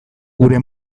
gure